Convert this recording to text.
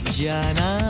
jana